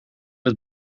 het